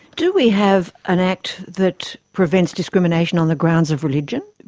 do we have an act that prevents discrimination on the grounds of religion?